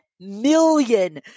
million